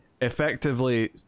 effectively